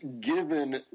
given